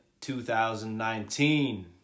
2019